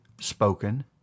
spoken